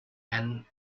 and